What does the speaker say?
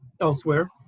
elsewhere